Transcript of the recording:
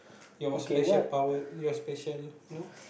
your special power your special know